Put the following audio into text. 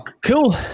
Cool